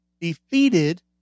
defeated